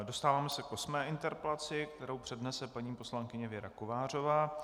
Dostáváme se k osmé interpelaci, kterou přednese paní poslankyně Věra Kovářová.